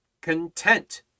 content